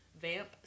vamp